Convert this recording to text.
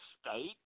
state